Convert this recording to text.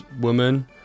woman